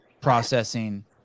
processing